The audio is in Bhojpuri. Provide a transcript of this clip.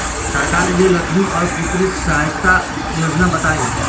सरकार के गृहलक्ष्मी और पुत्री यहायता योजना बताईं?